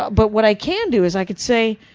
but what i can do, is i can say,